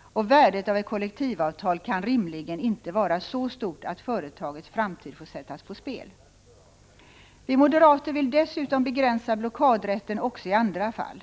och värdet av ett kollektivavtal kan rimligen inte vara så stort att företagets framtid får sättas på spel. Vi moderater vill dessutom begränsa blockadrätten också i andra fall.